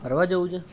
ફરવા જવું છે